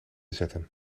zetten